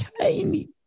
tiny